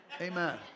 Amen